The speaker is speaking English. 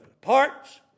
parts